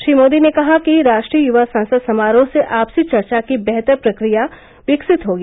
श्री मोदी ने कहा कि राष्ट्रीय यूवा संसद समारोह से आपसी चर्चा की बेहतर प्रक्रिया विकसित होगी